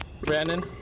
Brandon